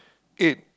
eight